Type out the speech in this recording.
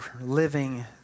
living